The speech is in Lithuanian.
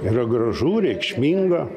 yra gražu reikšminga